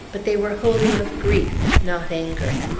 but they were wholly of grief, not anger.